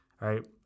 right